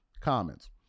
comments